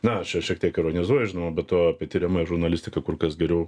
na aš čia šiek tiek ironizuoju žinoma be to apie tiriamąją žurnalistiką kur kas geriau